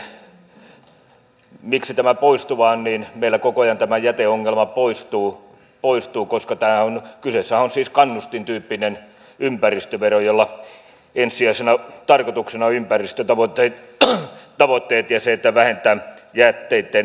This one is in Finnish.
ja miksi tämä on poistuva niin meillä koko ajan tämä jäteongelma poistuu koska kyseessähän on siis kannustintyyppinen ympäristövero jolla ensisijaisena tarkoituksena on ympäristötavoitteet ja se että vähennetään jätteitten kaatopaikkakäsittelyä